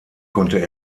konnte